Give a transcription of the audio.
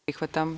Prihvatam.